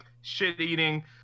shit-eating